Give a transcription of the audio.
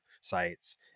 sites